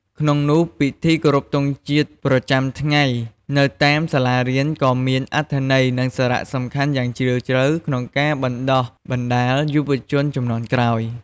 ក្នុងនោះពិធីគោរពទង់ជាតិប្រចាំថ្ងៃនៅតាមសាលារៀនក៏មាន អត្ថន័យ និងសារៈសំខាន់យ៉ាងជ្រាលជ្រៅ ក្នុងការបណ្ដុះបណ្ដាលយុវជនជំនាន់ក្រោយ។